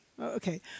Okay